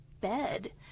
bed